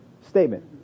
statement